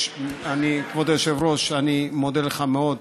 כבוד היושב-ראש, אני מודה לך מאוד.